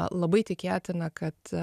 labai tikėtina kad